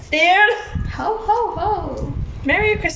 [ho] [ho] [ho]